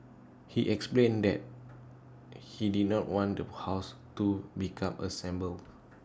he explained that he did not want the house to become A shambles